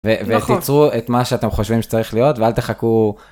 ותיצרו את מה שאתם חושבים שצריך להיות ואל תחכו...